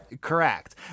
Correct